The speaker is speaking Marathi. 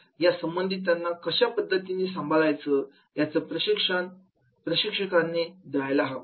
या संबंधितांना कशा पद्धतीने सांभाळायचं याचं प्रशिक्षण प्रशिक्षकांनी द्यायला हवं